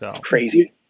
crazy